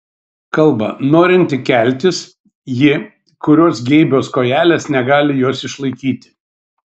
kalba norinti keltis ji kurios geibios kojelės negali jos išlaikyti